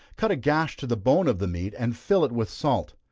cut a gash to the bone of the meat, and fill it with salt.